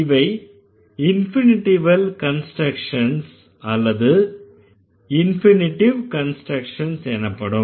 இவை infinitival constructions அல்லது infinitive constructions எனப்படும்